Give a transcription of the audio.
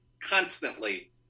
constantly